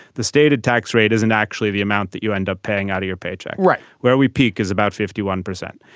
the stated tax rate isn't actually the amount that you end up paying out of your paycheck right. where we peak is about fifty one percent.